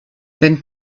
wenn